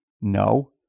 No